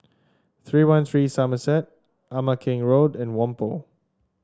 Three One Three Somerset Ama Keng Road and Whampoa